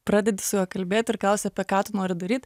pradedi su juo kalbėt ir klausi apie ką tu nori daryt